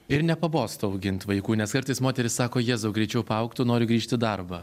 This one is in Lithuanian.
ir nepabosta augint vaikų nes kartais moterys sako jėzau greičiau paaugtų noriu grįžt į darbą